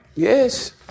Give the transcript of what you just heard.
Yes